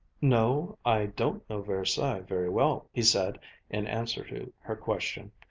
no, i don't know versailles very well, he said in answer to her question,